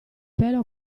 pelo